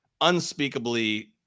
unspeakably